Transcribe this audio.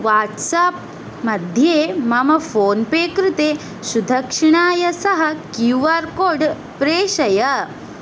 वाट्साप्मध्ये मम फ़ोन्पे कृते सुदक्षिणया सह क्यू आर् कोड् प्रेषय